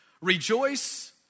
Rejoice